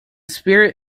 spirit